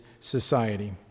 society